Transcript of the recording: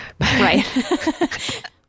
right